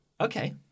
Okay